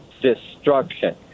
destruction